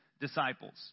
disciples